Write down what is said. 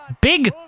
Big